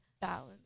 balance